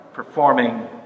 performing